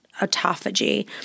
autophagy